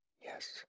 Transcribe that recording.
yes